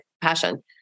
passion